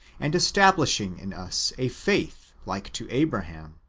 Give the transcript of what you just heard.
and estabhshing in us a faith like to abraham.